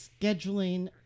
scheduling